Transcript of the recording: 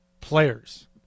Players